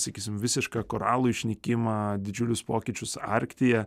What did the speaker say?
sakysim visišką koralų išnykimą didžiulius pokyčius arktyje